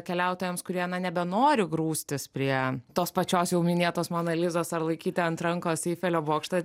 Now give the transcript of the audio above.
keliautojams kurie na nebenori grūstis prie tos pačios jau minėtos mona lizos ar laikyti ant rankos į eifelio bokštą